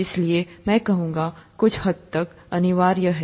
इसलिए मैं कहूंगा कुछ हद तक अनिवार्य है